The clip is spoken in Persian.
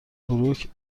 بروک